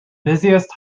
busiest